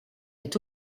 est